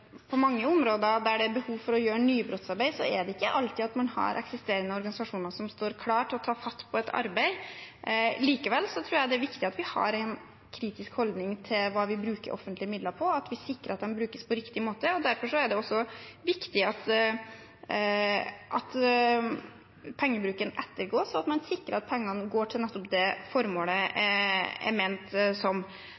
på mange områder der det er behov for å gjøre nybrottsarbeid, er det ikke alltid man har eksisterende organisasjoner som står klare til å ta fatt på et arbeid. Likevel tror jeg det er viktig at vi har en kritisk holdning til hva vi bruker offentlige midler på, at vi sikrer at de brukes på riktig måte. Derfor er det også viktig at pengebruken ettergås, at man sikrer at pengene går til nettopp det formålet